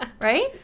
right